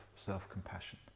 self-compassion